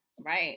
right